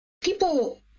people